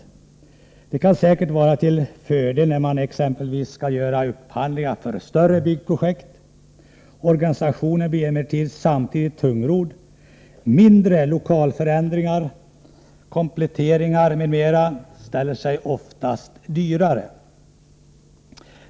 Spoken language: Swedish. Detta kan säkert vara till fördel när man exempelvis skall göra upphandlingar för större byggprojekt. Organisationen blir emellertid samtidigt tungrodd. Mindre lokalförändringar, kompletteringar m.m. ställer sig oftast dyrare.